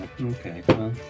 Okay